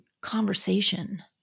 conversation